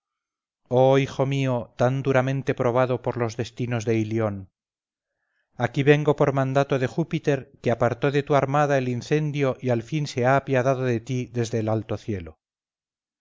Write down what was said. oh hijo mío tan duramente probado por los destinos de ilión aquí vengo por mandato de júpiter que apartó de tu armada el incendio y al fin se ha apiadado de ti desde el alto cielo